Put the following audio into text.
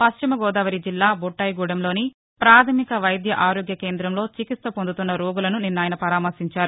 పశ్చిమ గోదావరి జిల్లా బుట్టాయిగూడెంలోని ప్రాథమిక వైద్య ఆరోగ్య కేంద్రంలో చికిత్స పొందుతున్న రోగులను నిన్న ఆయన పరామర్చించారు